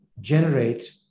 generate